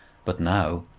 but now,